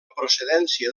procedència